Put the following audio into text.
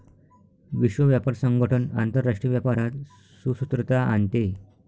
विश्व व्यापार संगठन आंतरराष्ट्रीय व्यापारात सुसूत्रता आणते